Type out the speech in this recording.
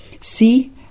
See